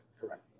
Correct